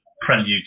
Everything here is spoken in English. prelude